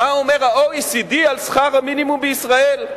מה אומר ה-OECD על שכר המינימום בישראל.